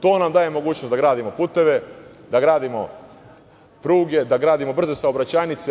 To nam daje mogućnost da gradimo puteve, da gradimo pruge, da gradimo brze saobraćajnice.